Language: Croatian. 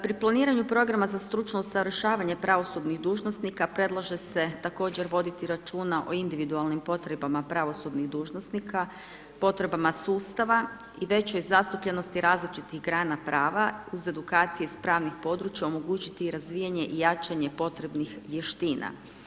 Pri planiranju programa za stručno usavršavanje pravosudnih dužnosnika predlaže se također voditi računa o individualnim potrebama pravosudnih dužnosnika, potrebama sustava i većoj zastupljenosti različitih grana prava uz edukacije iz pravnih područja omogućiti i razvijanje i jačanje potrebnih vještina.